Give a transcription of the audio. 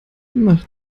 mach